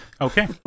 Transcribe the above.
Okay